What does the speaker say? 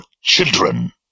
children